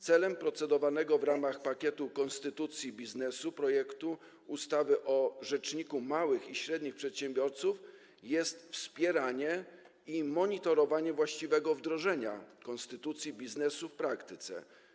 Celem procedowanego w ramach pakietu „Konstytucja biznesu” projektu ustawy o Rzeczniku Małych i Średnich Przedsiębiorców jest wspieranie i monitorowanie właściwego wdrożenia „Konstytucji biznesu” w praktyce.